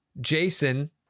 Jason